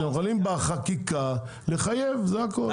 אתם יכולים בחקיקה לחייב, זה הכל.